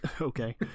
okay